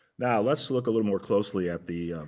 now, let's look a little more closely at the